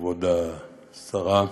כבוד השרה,